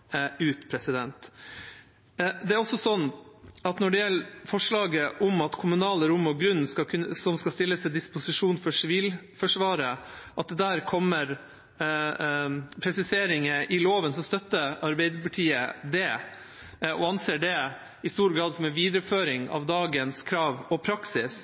det gjelder forslaget om presiseringer i loven med tanke på kommunale rom og grunn som skal stilles til disposisjon for Sivilforsvaret, så støtter Arbeiderpartiet det og anser det i stor grad som en videreføring av dagens krav og praksis.